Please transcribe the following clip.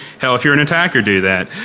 yeah if you're an attacker, do that.